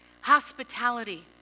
Hospitality